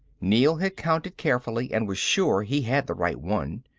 neel had counted carefully and was sure he had the right one.